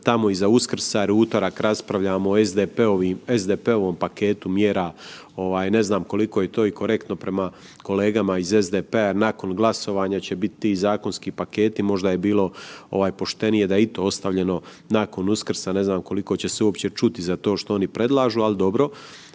tamo iza Uskrsa jer u utorak raspravljamo o SDP-ovom paketu mjera, ne znam koliko je to korektno i prema kolegama iz SDP-a, nakon glasovanja će biti ti zakonski paketi i možda je bilo poštenije da je i to ostavljeno nakon Uskrsa. Ne znam koliko će se to uopće čuti za to što oni predlažu, ali dobro,